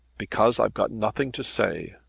because i've got nothing to say.